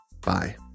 Bye